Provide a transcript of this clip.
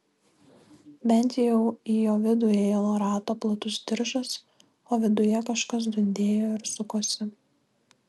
bent jau į jo vidų ėjo nuo rato platus diržas o viduje kažkas dundėjo ir sukosi